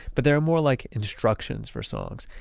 but they're more like instructions for songs.